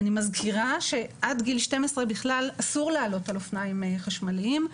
אני מזכירה שעד גיל 12 בכלל אסור לעלות על אופניים חשמליים.